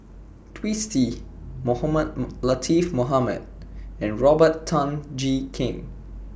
Twisstii Mohamed Latiff Mohamed and Robert Tan Jee Keng